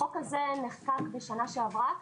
החוק הזה נחקק בשנה שעברה,